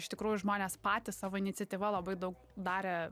iš tikrųjų žmonės patys savo iniciatyva labai daug darė